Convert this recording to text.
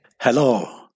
Hello